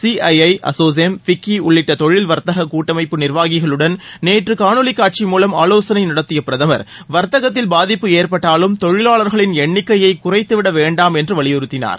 C I I Assocham FICCI உள்ளிட்ட தொழில் வர்த்தக கூட்டமைப்பு நிர்வாகிகளுடன் நேற்று காணொலி காட்சி மூலம் ஆலோசனை நடத்திய பிரதமா் வா்த்தகத்தில் பாதிப்பு ஏற்பட்டாலும் தொழிலாளர்களின் எண்ணிக்கையை குறைத்துவிட வேண்டாம் என்று வலியுறுத்தியுனார்